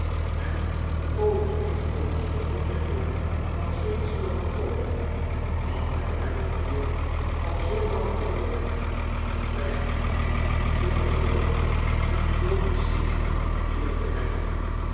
en overeenkomstig de wetten van zwitserland ook want wij hebben hier al zoo lang gewoond dat wy geacht kunnen worden ons domicilie hier te hebben